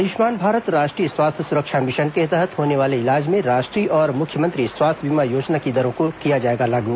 आयुष्मान भारत राष्ट्रीय स्वास्थ्य सुरक्षा मिशन के तहत होने वाले इलाज में राष्ट्रीय और मुख्यमंत्री स्वास्थ्य बीमा योजना की दरों को किया जाएगा लागू